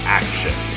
action